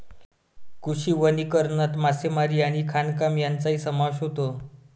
कृषी वनीकरणात मासेमारी आणि खाणकाम यांचाही समावेश होतो